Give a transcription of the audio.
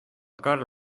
karl